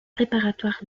préparatoire